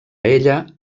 ella